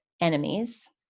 enemies